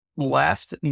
left